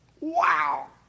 wow